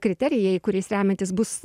kriterijai kuriais remiantis bus